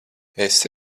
esi